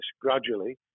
gradually